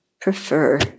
prefer